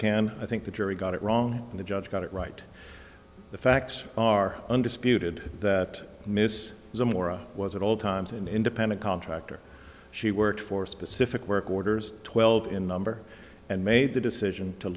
can i think the jury got it wrong the judge got it right the facts are undisputed that miss zamora was at all times an independent contractor she worked for specific work orders twelve in number and made the decision to